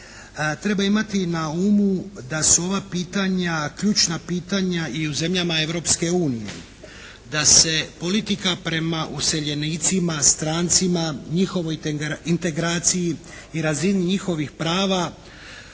Treba imati na umu da su ova pitanja ključna pitanja i u zemljama Europske unije. Da se politika prema useljenicima, strancima, njihovoj integraciji i razini njihovih prava